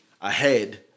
ahead